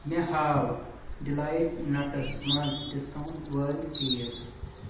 مےٚ ہاو delight nuts مَنٛز ڈسکاونٛٹ وٲلۍ چیٖز